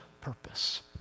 purpose